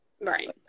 Right